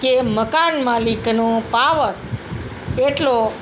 કે મકાન માલિકનો પાવર એટલો